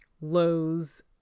Lowe's